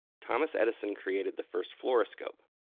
thomas edison created the first fluoroscope.